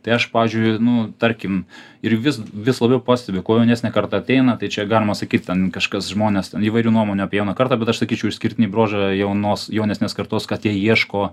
tai aš pavyzdžiui nu tarkim ir vis vis labiau pastebiu kuo jaunesnė karta ateina tai čia galima sakyt ten kažkas žmonės ten įvairių nuomonių apie jauną kartą bet aš sakyčiau išskirtiniai bruožai yra jaunos jaunesnės kartos kad jie ieško